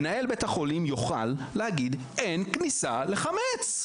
מנהל בית החולים יוכל להגיד אין כניסה לחמץ.